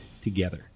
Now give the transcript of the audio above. together